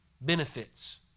benefits